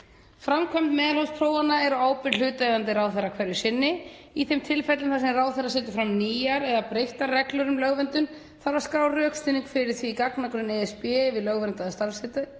Framkvæmd meðalhófsprófunar er á ábyrgð hlutaðeigandi ráðherra hverju sinni. Í þeim tilfellum þar sem ráðherra setur fram nýjar eða breyttar reglur um lögverndun þarf að skrá rökstuðning fyrir því í gagnagrunn ESB yfir lögverndaðar starfsgreinar